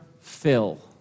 fill